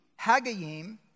Hagayim